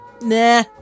Nah